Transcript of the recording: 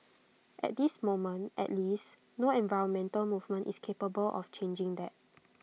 at this moment at least no environmental movement is capable of changing that